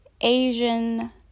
Asian